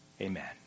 Amen